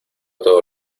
todo